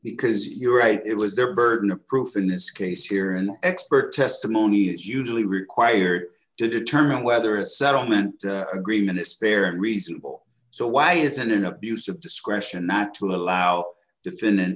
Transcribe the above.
because you're right it was their burden of proof in this case you're an expert testimony is usually required to determine whether a settlement agreement is spare and reasonable so why isn't it an abuse of discretion not to allow defendant